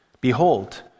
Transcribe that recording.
Behold